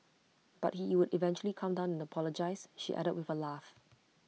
but he would eventually calm down and apologise she added with A laugh